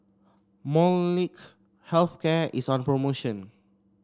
Molnylcke Health Care is on promotion